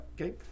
okay